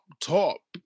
top